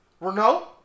Renault